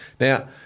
Now